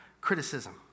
Criticism